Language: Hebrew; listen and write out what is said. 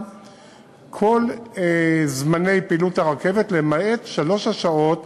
בכל זמני פעילות הרכבת למעט שלוש השעות